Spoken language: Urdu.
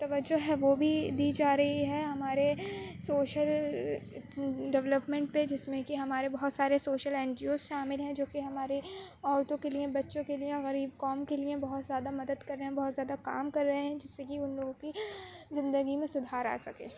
توجہ ہے وہ بھی دی جا رہی ہے ہمارے سوشل ڈیولپمنٹ پہ جس میں کہ ہمارے بہت سارے سوشل این جی اوز شامل ہیں جو کہ ہماری عورتوں کے لیے بچوں کے لیے غریب قوم کے لیے بہت زیادہ مدد کر رہے ہیں بہت زیادہ کام کر رہے ہیں جس سے کہ اُن لوگوں کی زندگی میں سُدھار آ سکے